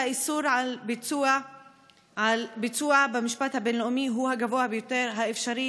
של האיסור על ביצועו במשפט הבין-לאומי הוא הגבוה ביותר האפשרי,